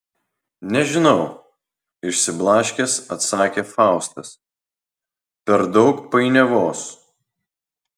nežinau išsiblaškęs atsakė faustas per daug painiavos